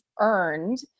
earned